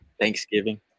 Thanksgiving